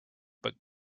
but